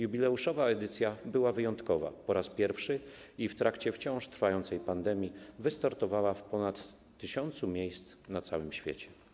Jubileuszowa edycja była wyjątkowa - po raz pierwszy, i w trakcie wciąż trwającej pandemii, wystartowała w ponad 1000 miejsc na całym świecie.